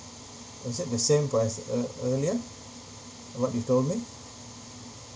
is it the same for as ear~ earlier what you told me